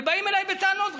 ובאים אליי בטענות,